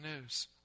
news